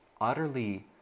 utterly